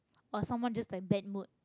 or someone just like bad mood